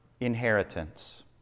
inheritance